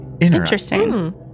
Interesting